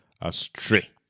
astray